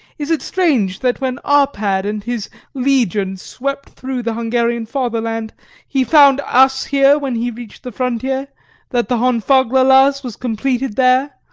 is it strange that when arpad and his legions swept through the hungarian fatherland he found us here when he reached the frontier that the honfoglalas was completed there?